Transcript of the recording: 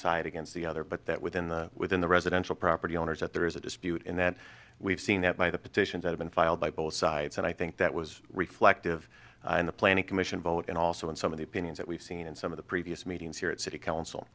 side against the other but that within the within the residential property owners that there is a dispute in that we've seen that by the petitions have been filed by both sides and i think that was reflective in the planning commission vote and also in some of the opinions that we've seen in some of the previous meetings here at city council